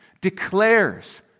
declares